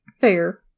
fair